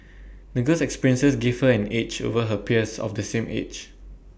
the girl's experiences gave her an edge over her peers of the same age